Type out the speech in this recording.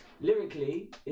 lyrically